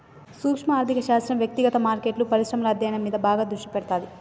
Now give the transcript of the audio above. సూక్శ్మ ఆర్థిక శాస్త్రం వ్యక్తిగత మార్కెట్లు, పరిశ్రమల అధ్యయనం మీద బాగా దృష్టి పెడతాది